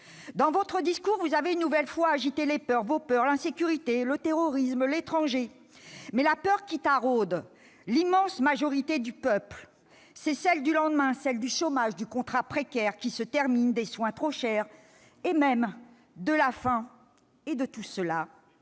Dans votre discours, vous avez, une nouvelle fois, agité les peurs, vos peurs- l'insécurité, le terrorisme, l'étranger -, mais la peur qui taraude l'immense majorité du peuple, c'est celle du lendemain, du chômage, du contrat précaire qui se termine, des soins trop chers et même de la faim. Or, de tout cela,